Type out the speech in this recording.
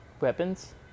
weapons